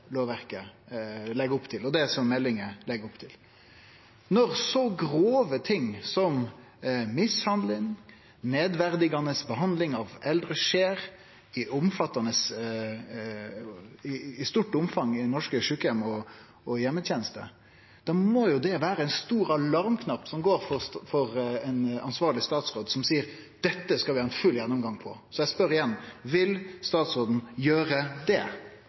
og meldingar legg opp til. Når så grove ting som mishandling og nedverdigande behandling av eldre skjer i eit stort omfang i norske sjukeheimar og i heimetenesta, må det vere alarmerande for ein ansvarleg statsråd som seier at ein skal ha ein full gjennomgang av dette. Så eg spør igjen: Vil statsråden gjere det?